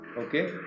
okay